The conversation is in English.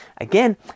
Again